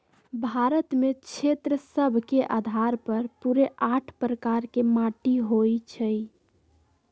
भारत में क्षेत्र सभ के अधार पर पूरे आठ प्रकार के माटि होइ छइ